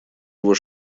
его